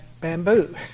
bamboo